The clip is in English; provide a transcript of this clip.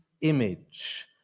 image